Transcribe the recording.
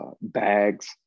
bags